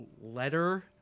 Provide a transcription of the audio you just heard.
letter